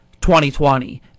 2020